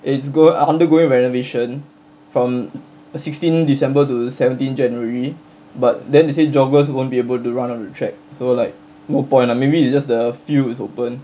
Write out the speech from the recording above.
it's go~ undergoing renovation from sixteen december to seventeen january but then they say joggers won't be able to run on the track so like no point lah maybe it's just the field is open